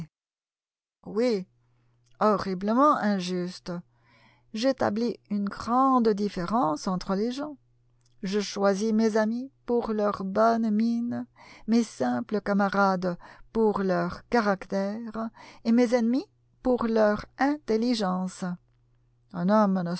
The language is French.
oui horriblement injuste j'établis une grande différence entre les gens je choisis mes amis pour leur bonne mine mes simples camarades pour leur caractère et mes ennemis pour leur intelligence un homme